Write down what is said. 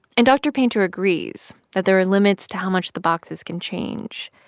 and dr. painter agrees that there are limits to how much the boxes can change.